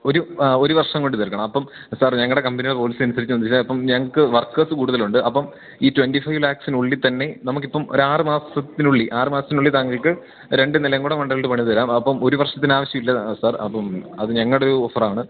ഒരു ആ ഒരു വർഷം കൊണ്ട് തീർക്കണം അപ്പോള് സാർ ഞങ്ങളുടെ കമ്പനിയുടെ പോളിസി അനുസരിച്ച് നിങ്ങള്ക്ക് അപ്പോള് ഞങ്ങള്ക്ക് വർക്കേഴ്സ് കൂടുതലുണ്ട് അപ്പോള് ഈ ട്വൻ്റി ഫൈവ് ലാക്സിനുള്ളില്ത്തന്നെ നമുക്കിപ്പോള് ഒരാറു മാസത്തിനുള്ളില് ആറു മാസത്തിനുള്ളില് താങ്കൾക്ക് രണ്ടു നിലയും കൂടെ മണ്ടേലോട്ട് പണിതു തരാം അപ്പോള് ഒരു വർഷത്തിന് ആവശ്യമില്ല സാർ അപ്പോള് അത് ഞങ്ങളുടെയൊരു ഓഫറാണ്